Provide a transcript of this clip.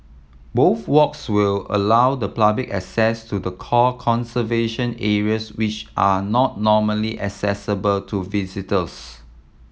both walks will allow the public access to the core conservation areas which are not normally accessible to visitors